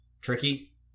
Tricky